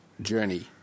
journey